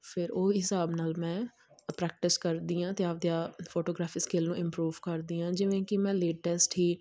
ਫਿਰ ਉਹ ਹਿਸਾਬ ਨਾਲ ਮੈਂ ਅ ਪ੍ਰੈਕਟਿਸ ਕਰਦੀ ਹਾਂ ਅਤੇ ਆਪਣੇ ਆ ਫੋਟੋਗ੍ਰਾਫੀ ਸਕਿਲ ਨੂੰ ਇੰਪਰੂਵ ਕਰਦੀ ਹਾਂ ਜਿਵੇਂ ਕਿ ਮੈਂ ਲੇਟੈਸਟ ਹੀ